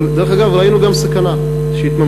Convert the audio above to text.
דרך אגב, ראינו גם סכנה שהתממשה.